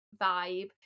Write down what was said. vibe